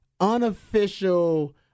unofficial